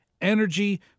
energy